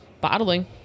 bottling